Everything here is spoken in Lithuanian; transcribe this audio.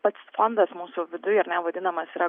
pats fondas mūsų viduj ar ne vadinamas yra